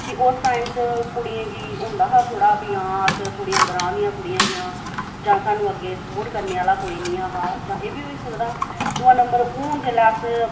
कि उस टाईम च कुड़ियें गी होंदा हा थोह्ड़ा प्ही आं अस ग्रांऽ दियां कुड़ियां हियां जां सानू अग्गै स्पोर्ट करने आह्ला कोई नीं ऐ हा जां एह् बी होई सकदा हा दूआ नम्बर हून जिसलै अस